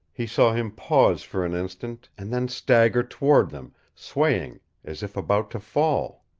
he saw him pause for an instant, and then stagger toward them, swaying as if about to fall.